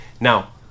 Now